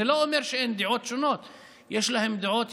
זה לא אומר שאין דעות שונות; יש להם דעות,